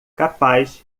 capaz